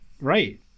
Right